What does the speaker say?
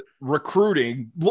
recruiting